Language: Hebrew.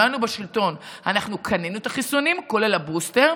אנחנו קנינו את החיסונים, כולל הבוסטר,